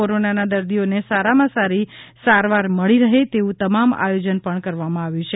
કોરોનાના દર્દીઓને સારામાં સારી સારવાર મળી રહે એવું તમામ આયોજન કરવામાં આવ્યું છે